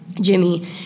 Jimmy